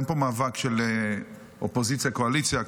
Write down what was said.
אין פה מאבק של אופוזיציה קואליציה,